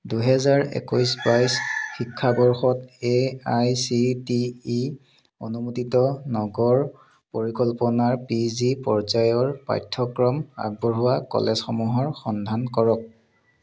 দুহেজাৰ একৈছ বাইছ শিক্ষাবৰ্ষত A I C T E অনুমোদিত নগৰ পৰিকল্পনাৰ পি জি পৰ্যায়ৰ পাঠ্যক্ৰম আগবঢ়োৱা কলেজসমূহৰ সন্ধান কৰক